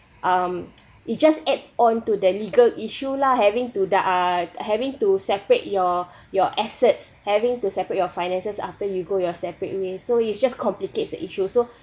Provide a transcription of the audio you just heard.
um it just adds onto the legal issue lah having to the uh having to separate your your assets having to separate your finances after you go your separate way so it's just complicates the issue so